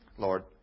Lord